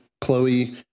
Chloe